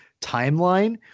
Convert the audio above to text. timeline